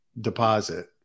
deposit